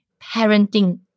parenting